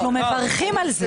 אנחנו מברכים על זה.